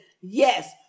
yes